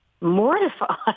mortified